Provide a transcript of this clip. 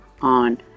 on